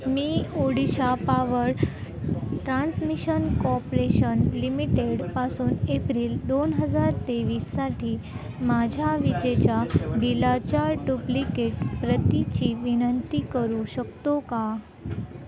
मी Odisha power transmission corporation लिमिटेडपासून April दोन हजार तेवीससाठी माझ्या विजेच्या बिलाच्या डुप्लिकेट प्रतीची विनंती करू शकतो का